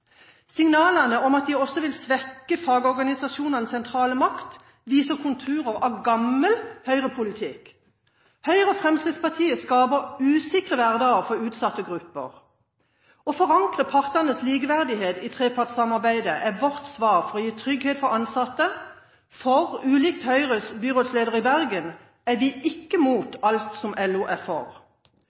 Signalene om at de også vil svekke fagorganisasjonenes sentrale makt, viser konturer av gammel høyrepolitikk. Høyre og Fremskrittspartiet skaper usikre hverdager for utsatte grupper. Å forankre partenes likeverdighet i trepartssamarbeidet er vårt svar for å gi trygghet for ansatte, for – ulikt Høyres byrådsleder i Bergen – vi er ikke imot alt som LO er for.